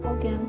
Okay